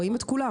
רואים את כולם.